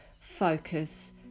focus